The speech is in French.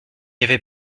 avait